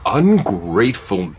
ungrateful